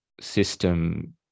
system